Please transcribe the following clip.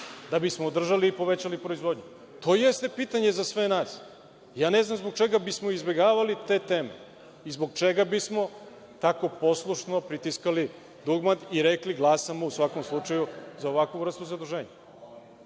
da bismo održali i povećali proizvodnju? To jeste pitanje za sve nas. Ja ne znam zbog čega bismo izbegavali te teme i zbog čega bismo tako poslušno pritiskali dugmad i rekli – glasamo, u svakom slučaju, za ovakvu vrstu zaduženja?